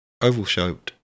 oval-shaped